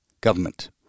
government